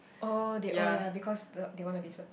oh they oh ya because the they want to be support